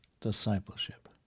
discipleship